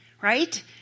Right